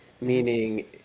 Meaning